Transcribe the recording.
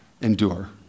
endure